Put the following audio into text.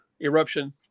eruption